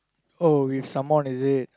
oh with someone is it